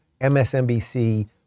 msnbc